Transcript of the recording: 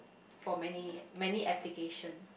for many many application